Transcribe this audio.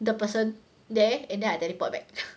the person there and then I teleport back